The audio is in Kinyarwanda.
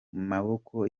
maboko